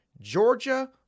Georgia